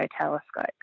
telescope